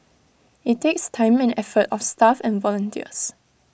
IT takes time and effort of staff and volunteers